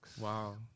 wow